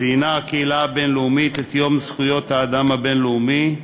ציינה הקהילה הבין-לאומית את יום זכויות האדם הבין-לאומי,